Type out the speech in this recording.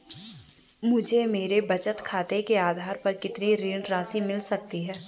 मुझे मेरे बचत खाते के आधार पर कितनी ऋण राशि मिल सकती है?